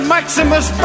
Maximus